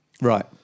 Right